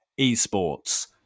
esports